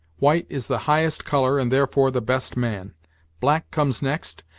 white is the highest color, and therefore the best man black comes next,